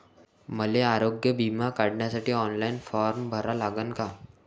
मले आरोग्य बिमा काढासाठी ऑनलाईन फारम भरा लागन का?